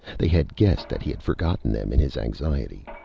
they had guessed that he had forgotten them in his anxiety.